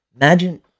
Imagine